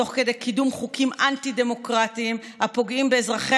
תוך קידום חוקים אנטי-דמוקרטיים הפוגעים באזרחי